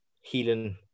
healing